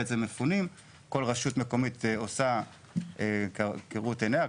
כל רשות מקומית עושה כראות עיניה,